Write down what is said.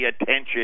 attention